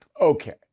Okay